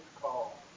call